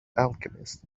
alchemist